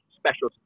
special